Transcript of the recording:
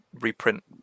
reprint